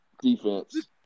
defense